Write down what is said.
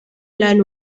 lan